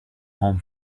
home